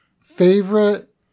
favorite